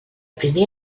primer